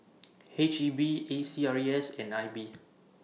H E B A C R E S and I B